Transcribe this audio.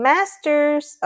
Masters